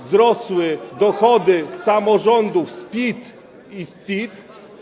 Wzrosły dochody samorządów z PIT i CIT.